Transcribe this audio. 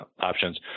options